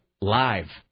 live